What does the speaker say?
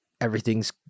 everything's